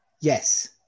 Yes